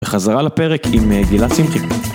וחזרה לפרק עם גילה צמחי.